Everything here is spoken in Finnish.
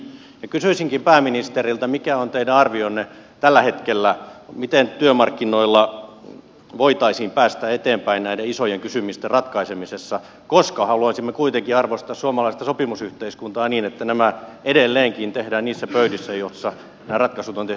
kysyisinkin pääministeriltä mikä on teidän arvionne tällä hetkellä miten työmarkkinoilla voitaisiin päästä eteenpäin näiden isojen kysymysten ratkaisemisessa koska haluaisimme kuitenkin arvostaa suomalaista sopimusyhteiskuntaa niin että nämä edelleenkin tehdään niissä pöydissä joissa nämä ratkaisut on tehty aikaisemminkin